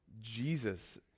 Jesus